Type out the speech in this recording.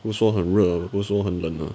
不说很热不说很冷 lah